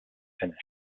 finish